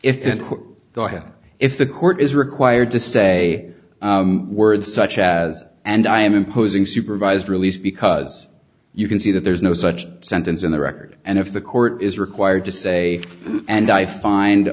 they go ahead if the court is required to say words such as and i'm imposing supervised release because you can see that there is no such sentence in the record and if the court is required to say and i find